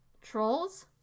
trolls